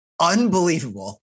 unbelievable